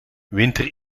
winter